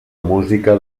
música